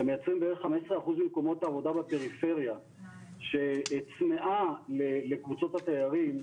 שמייצרים בערך 15% ממקומות העבודה בפריפריה שצמאה לקבוצות התיירים